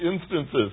instances